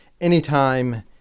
anytime